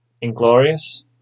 Inglorious